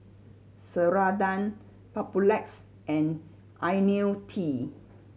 Ceradan Papulex and Ionil T